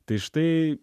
tai štai